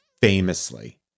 famously